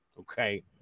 Okay